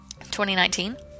2019